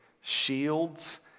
shields